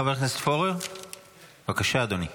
חבר הכנסת פורר, בבקשה, אדוני.